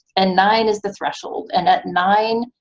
and nine is the threshold. and at nine,